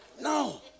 No